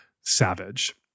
SAVAGE